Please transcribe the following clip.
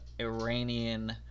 Iranian